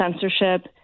censorship